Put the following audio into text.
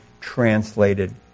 translated